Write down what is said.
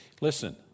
Listen